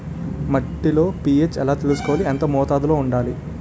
మట్టిలో పీ.హెచ్ ఎలా తెలుసుకోవాలి? ఎంత మోతాదులో వుండాలి?